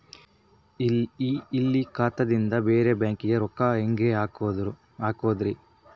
ಇಲ್ಲಿ ಖಾತಾದಿಂದ ಬೇರೆ ಬ್ಯಾಂಕಿಗೆ ರೊಕ್ಕ ಹೆಂಗ್ ಹಾಕೋದ್ರಿ?